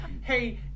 hey